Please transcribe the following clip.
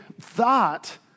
thought